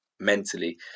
Mentally